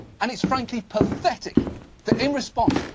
and it's frankly pathetic that in response,